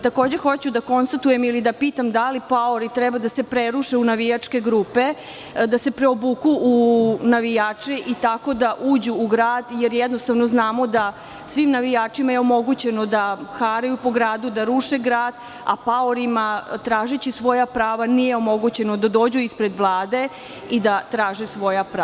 Takođe hoću da konstatujem ili da pitam – da li paori treba da se preruše u navijačke grupe, da se preobuku u navijače i tako da uđu u grad, jer jednostavno znamo da svima navijačima je omogućeno da haraju po gradu, da ruše grad, a paorima, tražiće svoja prava, nije omogućeno da dođu ispred Vlade i da traže svoja prava.